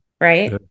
Right